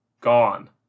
gone